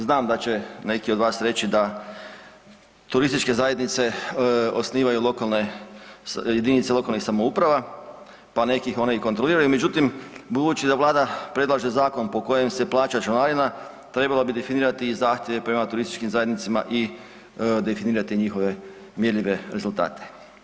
Znam da će neki od vas reći da turističke zajednice osnivaju lokalne JLS-ovi, pa nek ih one i kontroliraju, međutim budući da vlada predlaže zakon po kojem se plaća članarina trebala bi definirati i zahtjeve prema turističkim zajednicama i definirati njihove mjerljive rezultate.